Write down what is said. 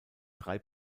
drei